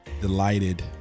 delighted